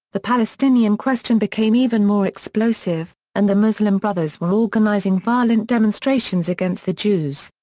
the palestinian question became even more explosive, and the muslim brothers were organizing violent demonstrations against the jews.